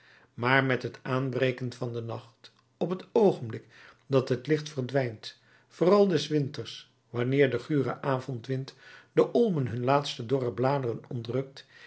maar met het aanbreken van den nacht op het oogenblik dat het licht verdwijnt vooral des winters wanneer de gure avondwind den olmen hun laatste dorre bladeren